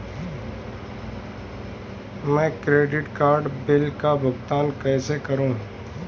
मैं credit card bill का भुगतान कैसे करूं?